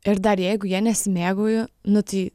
ir dar jeigu ja nesimėgauju nu tai